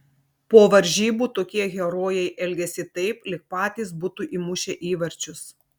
po varžybų tokie herojai elgiasi taip lyg patys būtų įmušę įvarčius